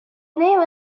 name